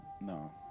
No